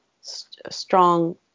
strong